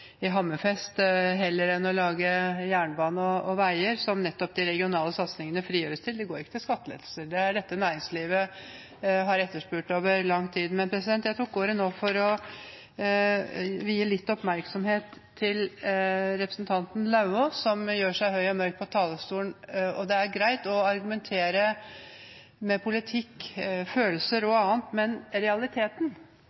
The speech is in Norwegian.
Hammerfest heller enn å lage jernbane og veier, som nettopp de regionale satsingene frigjøres til. De går ikke til skattelettelser. Det er dette næringslivet har etterspurt over lang tid. Men jeg tok ordet nå for å vie representanten Lauvås – som gjør seg høy og mørk på talerstolen – litt oppmerksomhet. Det er greit å argumentere med politikk, følelser og